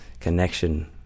connection